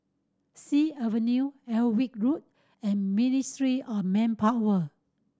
Sea Avenue Alnwick Road and Ministry of Manpower